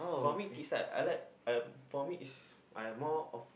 for me kids right I like um for me is I more of